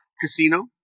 casino